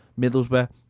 Middlesbrough